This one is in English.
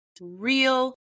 real